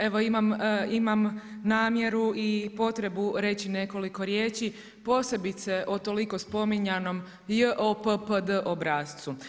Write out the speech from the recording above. Evo imam namjeru i potrebu reći nekoliko riječi posebice o toliko spominjanom JOPPD obrascu.